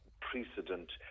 precedent